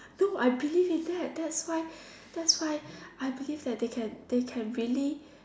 no I believe in that that's why that's why I believe that they can they can really